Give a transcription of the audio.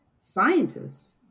scientists